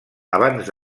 abans